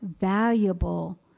valuable